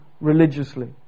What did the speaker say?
religiously